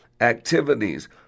activities